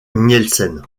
nielsen